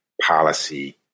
policy